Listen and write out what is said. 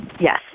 Yes